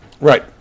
Right